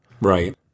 Right